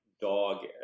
dog